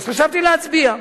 אז חשבתי להצביע.